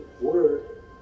word